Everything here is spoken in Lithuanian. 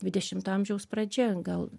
dvidešimto amžiaus pradžia gal